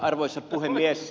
arvoisa puhemies